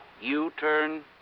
U-turn